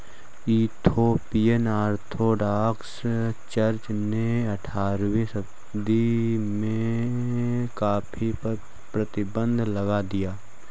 Ethiopian Orthodox church ने अठारहवीं सदी में कॉफ़ी पर प्रतिबन्ध लगा दिया